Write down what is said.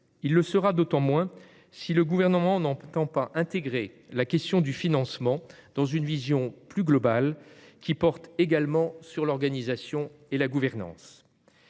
il le sera d'autant moins si le Gouvernement n'entend pas intégrer la question du financement dans une vision plus globale, qui porterait également sur l'organisation et la gouvernance.